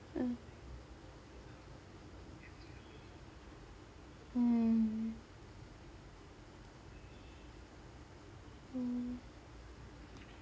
mm mm mm